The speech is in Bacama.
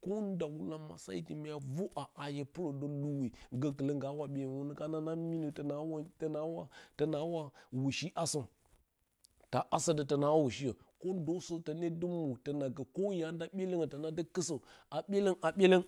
Kondawula faigu mua va ha hye purə də luwi, gokɨlə ngawa buelongyo wuu kanana minə tona wa tonawa tonawa ushi asə ta asə də tona ushiyə kondəsə tone demwi tono gə lə ya nda byelongyo tonadɨ vɨsə a byelong a byelong